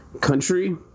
country